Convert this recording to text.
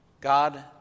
God